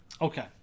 Okay